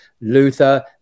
Luther